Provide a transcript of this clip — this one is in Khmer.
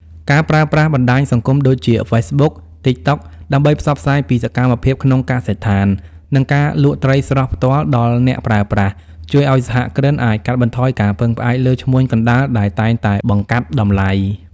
ការប្រើប្រាស់បណ្ដាញសង្គមដូចជា Facebook និង TikTok ដើម្បីផ្សព្វផ្សាយពីសកម្មភាពក្នុងកសិដ្ឋាន និងការលក់ត្រីស្រស់ផ្ទាល់ដល់អ្នកប្រើប្រាស់ ជួយឱ្យសហគ្រិនអាចកាត់បន្ថយការពឹងផ្អែកលើឈ្មួញកណ្ដាលដែលតែងតែបង្កាប់តម្លៃ។